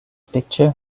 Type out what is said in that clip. picture